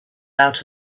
out